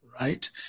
Right